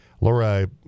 Laura